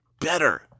better